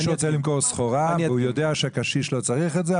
מישהו רוצה למכור סחורה והוא יודע שהקשיש לא צריך את זה,